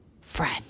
friend